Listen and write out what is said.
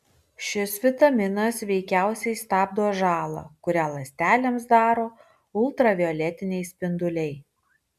šis vitaminas veikiausiai stabdo žalą kurią ląstelėms daro ultravioletiniai spinduliai